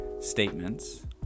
statements